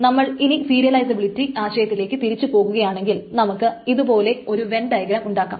നമ്മൾ ഇനി സീരിയലിസബിലിറ്റി ആശയത്തിലേക്ക് തിരിച്ചു പോകുകയാണെങ്കിൽ നമുക്ക് ഇതുപോലെ ഒരു വെൻ ഡയഗ്രം ഉണ്ടാക്കാം